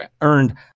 earned